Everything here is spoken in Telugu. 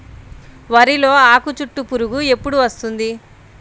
వరిలో ఆకుచుట్టు పురుగు ఎప్పుడు వస్తుంది?